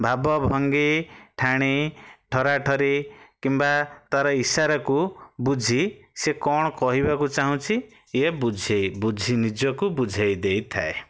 ଭାବ ଭଙ୍ଗୀ ଠାଣି ଠରାଠରି କିମ୍ବା ତାର ଇସାରାକୁ ବୁଝି ସେ କ'ଣ କହିବାକୁ ଚାହୁଁଛି ଇଏ ବୁଝାଇ ବୁଝି ନିଜକୁ ବୁଝାଇ ଦେଇଥାଏ